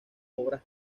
obras